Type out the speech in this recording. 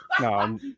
No